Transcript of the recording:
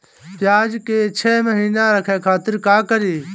प्याज के छह महीना रखे खातिर का करी?